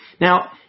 Now